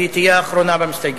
והיא תהיה האחרונה במסתייגים.